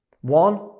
One